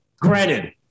Granted